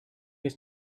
was